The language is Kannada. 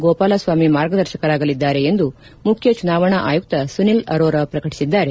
ಗೋಪಾಲಸ್ವಾಮಿ ಮಾರ್ಗದರ್ಶಕರಾಗಲಿದ್ದಾರೆ ಎಂದು ಮುಖ್ಯ ಚುನಾವಣಾ ಆಯುಕ್ತ ಸುನೀಲ್ ಅರೋರ ಪ್ರಕಟಿಸಿದ್ದಾರೆ